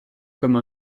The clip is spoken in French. comme